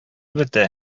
бетә